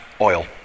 Oil